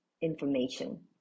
information